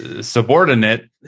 subordinate